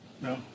No